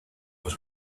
was